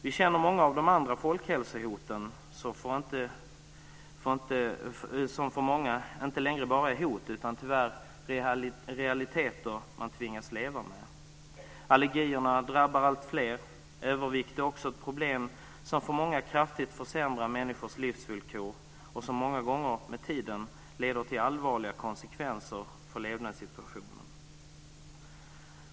Vi känner tydligt många av de andra folkhälsohoten, som för många inte längre är bara hot utan tyvärr realiteter de tvingas leva med. Allergier drabbar alltfler. Övervikt är också ett problem som kraftigt försämrar många människors livsvillkor och som många gånger med tiden leder till allvarliga konsekvenser för levnadssituationen.